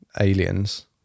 aliens